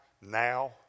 now